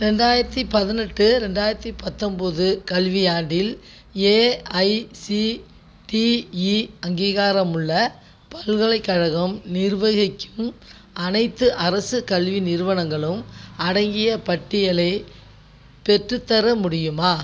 ரெண்டாயிரத்து பதினெட்டு ரெண்டாயிரத்து பத்தொம்பது கல்வியாண்டில் ஏஐசிடிஇ அங்கீகாரமுள்ள பல்கலைக்கழகம் நிர்வகிக்கும் அனைத்து அரசு கல்வி நிறுவனங்களும் அடங்கிய பட்டியலை பெற்றுத்தர முடியுமா